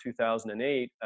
2008